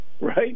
right